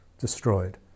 destroyed